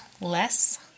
less